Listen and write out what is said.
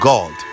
God